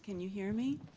you hear me?